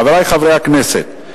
חברי חברי הכנסת,